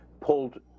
pulled